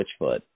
switchfoot